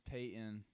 Peyton –